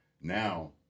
Now